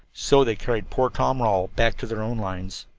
so they carried poor tom rawle back to their own lines.